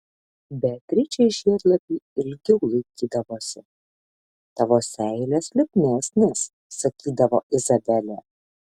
beatričei žiedlapiai ilgiau laikydavosi tavo seilės lipnesnės sakydavo izabelė